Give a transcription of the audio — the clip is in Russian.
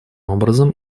образом